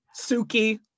Suki